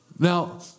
Now